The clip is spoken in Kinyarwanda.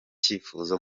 cyifuzo